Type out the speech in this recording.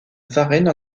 varennes